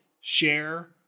share